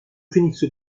phénix